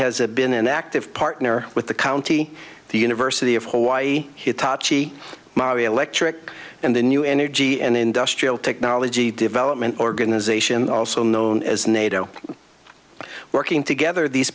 has been an active partner with the county the university of hawaii hitachi ma electric and the new energy and industrial technology development organization also known as nato working together these